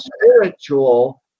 spiritual